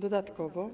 Dodatkowo,